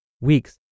weeks